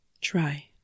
Try